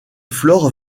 flore